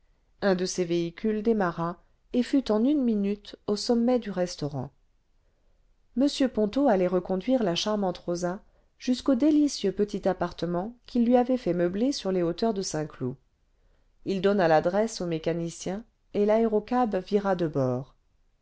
un de ces véhicules démarra et fut en une minute au sommet du restaurant m ponto allait reconduire la charmante rosa jusqu'au délicieux petit appartement qu'il lui avait fait meubler sur les hauteurs de saint-cloud il donna l'adresse au mécanicien et l'aérocab vira de bord